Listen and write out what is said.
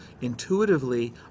intuitively